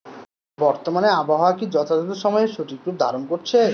বর্তমানে আবহাওয়া কি যথাযথ সময়ে সঠিক রূপ ধারণ করছে?